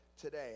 today